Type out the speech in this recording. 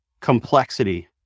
complexity